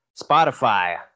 spotify